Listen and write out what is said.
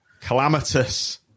calamitous